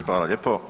Hvala lijepo.